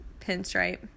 Pinstripe